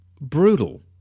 brutal